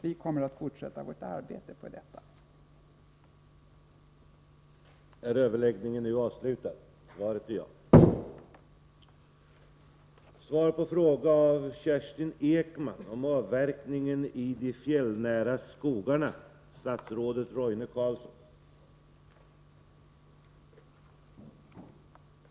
Vi kommer att fortsätta vårt arbete på det Nr 86 här området. Tisdagen den